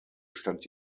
stand